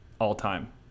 all-time